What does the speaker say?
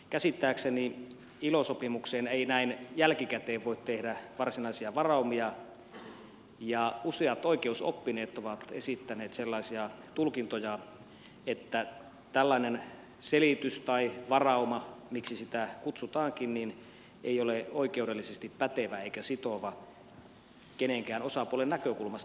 käsittääkseni ilo sopimukseen ei näin jälkikäteen voi tehdä varsinaisia varaumia ja useat oikeusoppineet ovat esittäneet sellaisia tulkintoja että tällainen selitys tai varauma miksi sitä kutsutaankin ei ole oikeudellisesti pätevä eikä sitova kenenkään osapuolen näkökulmasta